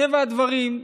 מטבע הדברים,